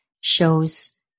shows